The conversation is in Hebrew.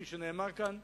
כפי שנאמר כאן.